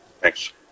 Thanks